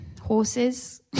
Horses